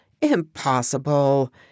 Impossible